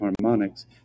harmonics